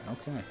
okay